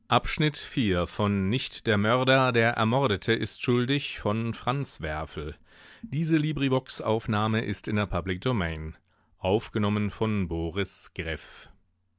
nicht der mörder der ermordete ist schuldig